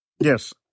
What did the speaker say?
Yes